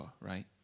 right